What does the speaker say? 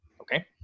Okay